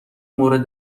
مورد